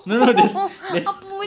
no no there's there's